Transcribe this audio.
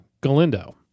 Galindo